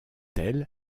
tel